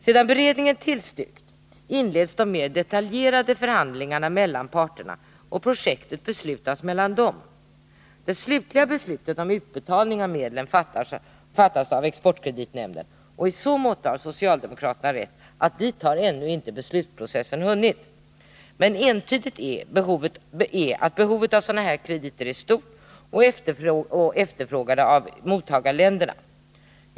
Sedan beredningen tillstyrkt inleds de mer detaljerade förhandlingarna mellan parterna, och projektet beslutas mellan dem. Pet slutliga beslutet om utbetalning av medlen fattas av exportkreditnämnden, och i så måtto har socialdemokraterna rätt att dit har ännu inte beslutsprocessen hunnit. Men entydigt är att behovet av sådana krediter är stort och att krediterna är efterfrågade i mottagarländerna.